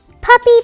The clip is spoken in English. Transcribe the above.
Puppy